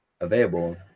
available